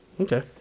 Okay